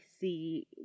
see